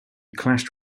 clashed